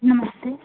नमस्ते